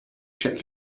check